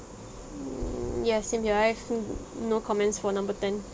mm ya same here I've no comments for number ten